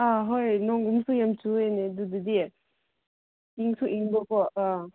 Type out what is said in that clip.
ꯑꯥ ꯍꯣꯏ ꯅꯣꯡꯒꯨꯝꯕꯁꯨ ꯌꯥꯝ ꯆꯨꯏꯌꯦꯅꯦ ꯑꯗꯨꯗꯗꯤ ꯏꯪꯁꯨ ꯏꯪꯕꯀꯣ ꯑꯥ